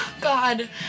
God